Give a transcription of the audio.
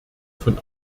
von